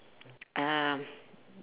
um